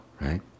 right